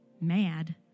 mad